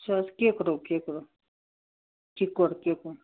یہِ چھِ حظ کِکروٗ کِکروٗ کِکُر کِکُر